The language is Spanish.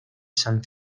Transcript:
saint